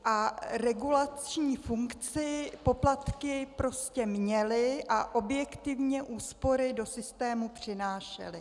A regulační funkci poplatky prostě měly a objektivně úspory do systému přinášely.